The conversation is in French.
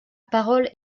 parole